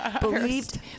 believed